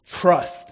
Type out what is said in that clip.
trust